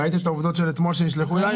ראית את העובדות של אתמול שנשלחו אליך?